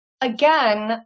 again